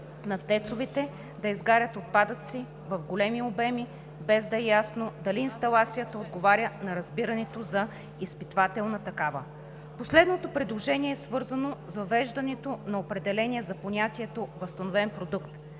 на ТЕЦ-ове да изгарят отпадъци в големи обеми, без да е ясно дали инсталацията отговаря на разбирането за изпитвателна такава. Последното предложение е свързано с въвеждането на определение за понятието „възстановен продукт“,